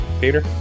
Peter